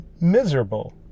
miserable